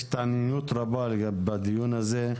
יש התעניינות רבה בדיון הזה.